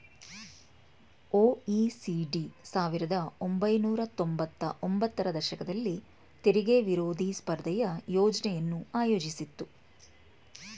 OECD ಸಾವಿರದ ಒಂಬೈನೂರ ತೊಂಬತ್ತ ಒಂಬತ್ತರ ದಶಕದಲ್ಲಿ ತೆರಿಗೆ ವಿರೋಧಿ ಸ್ಪರ್ಧೆಯ ಯೋಜ್ನೆಯನ್ನು ಆಯೋಜಿಸಿತ್ತು